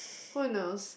who knows